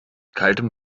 kaltem